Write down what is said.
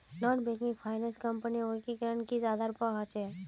Non banking finance कंपनीर वर्गीकरण किस आधार पर होचे?